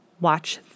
watch